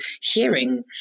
hearing